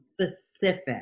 specific